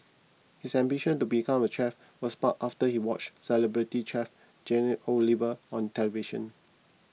his ambition to become a chef was sparked after he watched celebrity chef Jamie Oliver on television